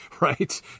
right